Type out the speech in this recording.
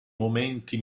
momenti